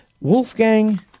Wolfgang